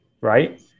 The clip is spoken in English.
right